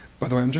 by the way, and